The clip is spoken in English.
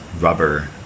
rubber